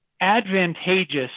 advantageous